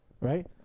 Right